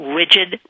rigid